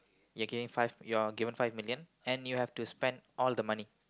you're giving five you're given five million and you have to spend all the money